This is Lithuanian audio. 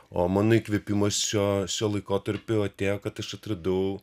o mano įkvėpimas šio šiuo laikotarpiu atėjo kad aš atradau